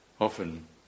often